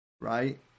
right